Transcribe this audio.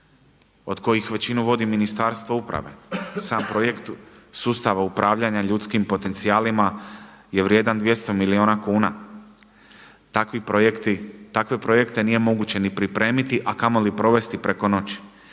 od kojih većinu vodi Ministarstvo uprave. Sam projekt sustava upravljanja ljudskim potencijalima je vrijedan 200 milijuna kuna. Takve projekte nije moguće ni pripremiti, a kamoli provesti preko noći.